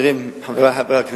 חברי חברי הכנסת,